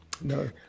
no